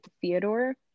theodore